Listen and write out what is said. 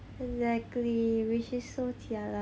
exactly which is so tiara